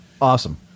Awesome